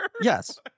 Yes